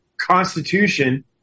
constitution